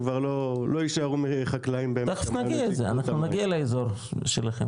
כבר לא יישארו חקלאים ב- -- אנחנו נגיע לאזור שלכם,